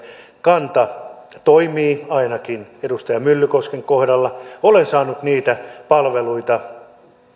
kanta toimii ainakin edustaja myllykosken kohdalla olen saanut niitä palveluita